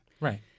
Right